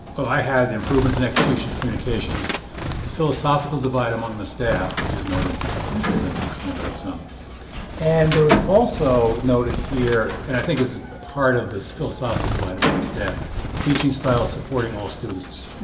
i had the improvements in execution of communications the philosophical divide among the staff, which is noted here which we've been talking about some and there was also noted here. and i think is part of this philosophical divide among the staff teaching styles supporting all students